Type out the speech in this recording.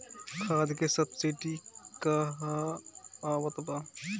खाद के सबसिडी क हा आवत बा?